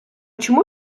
чому